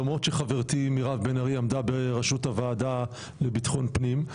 למרות שחברתי מירב בן ארי עמדה בראשות הוועדה לביטחון פנים.